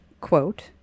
quote